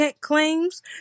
claims